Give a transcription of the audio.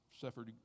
suffered